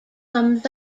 comes